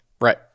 Right